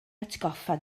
atgoffa